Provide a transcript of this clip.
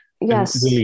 Yes